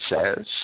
says